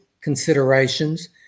considerations